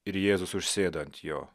ir jėzus užsėda ant jo